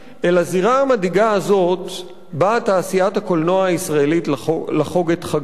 "אל הזירה המדאיגה הזאת באה תעשיית הקולנוע הישראלית לחוג את חגה.